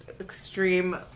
extreme